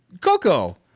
Coco